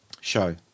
show